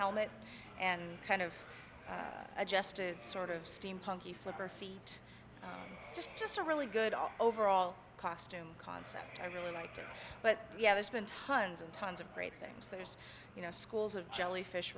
helmet and kind of adjusted sort of steampunk the flipper feet just just a really good off overall costume concept i really like but yeah there's been tons and tons of great things there's you know schools of jellyfish